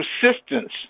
persistence